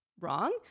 wrong